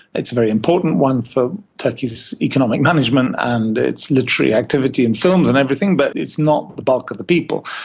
it's a very important one for turkey's economic management and its literary activity and films and everything, but it's not the bulk of the people.